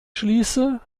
schließe